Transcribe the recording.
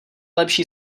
lepší